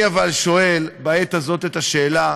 אבל אני שואל בעת הזאת את השאלה: